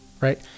right